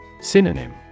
Synonym